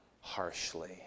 harshly